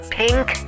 pink